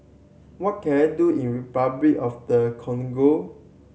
what can I do in Repuclic of the Congo